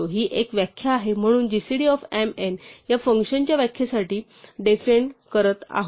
ही एक व्याख्या आहे म्हणून gcd m n या फंक्शनच्या व्याख्येसाठी def करत आहोत